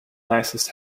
nicest